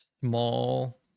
small